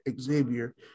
Xavier